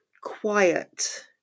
quiet